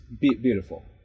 beautiful